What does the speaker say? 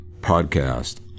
podcast